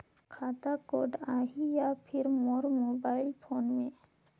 खाता कोड आही या फिर मोर मोबाइल फोन मे?